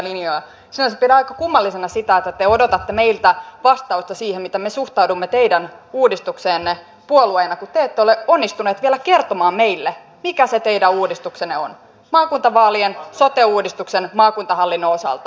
sinänsä pidän aika kummallisena sitä että te odotatte meiltä vastausta siihen miten me puolueena suhtaudumme teidän uudistukseenne kun te ette ole onnistuneet vielä kertomaan meille mikä se teidän uudistuksenne on maakuntavaalien sote uudistuksen ja maakuntahallinnon osalta